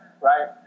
right